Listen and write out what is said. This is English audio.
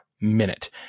minute